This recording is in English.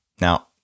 Now